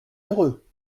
heureux